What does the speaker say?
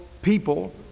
people